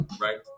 right